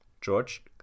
george